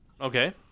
Okay